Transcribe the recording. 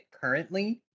currently